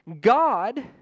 God